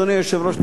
אדוני היושב-ראש,